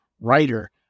writer